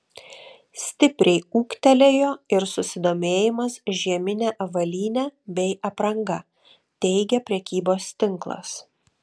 stipriai ūgtelėjo ir susidomėjimas žiemine avalyne bei apranga teigia prekybos tinklas